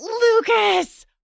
Lucas